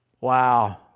Wow